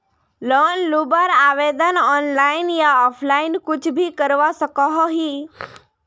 Loan लुबार आवेदन online या ऑफलाइन कुछ भी करवा सकोहो ही?